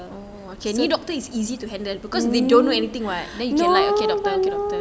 mm no no no